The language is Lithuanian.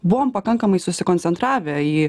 buvom pakankamai susikoncentravę į